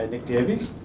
nick davies,